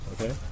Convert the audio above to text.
Okay